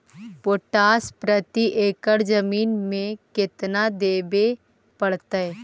Potash प्रति एकड़ जमीन में केतना देबे पड़तै?